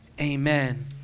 amen